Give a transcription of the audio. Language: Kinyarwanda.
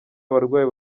abarwayi